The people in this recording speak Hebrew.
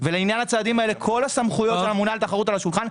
ולעניין הצעדים האלה כל הסמכויות של הממונה על התחרות על השולחן.